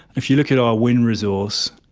if you look at our wind resource,